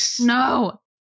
No